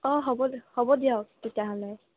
অঁ হ'ব হ'ব দিয়ক তেতিয়াহ'লে